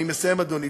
אני מסיים, אדוני.